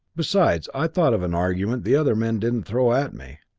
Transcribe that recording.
besides, i thought of an argument the other men didn't throw at me.